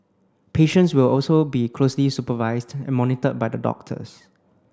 patients will also be closely supervised and monitored by the doctors